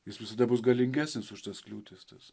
jis visada bus galingesnis už tas kliūtis tas